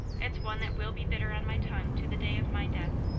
it's one that will be bitter on my tongue to the day of my death.